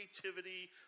creativity